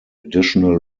additional